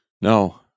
No